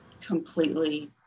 completely